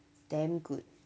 damn good